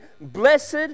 blessed